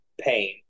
pain